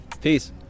Peace